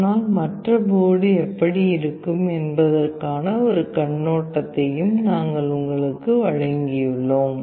ஆனால் மற்ற போர்டு எப்படி இருக்கும் என்பதற்கான ஒரு கண்ணோட்டத்தையும் நாங்கள் உங்களுக்கு வழங்கியுள்ளோம்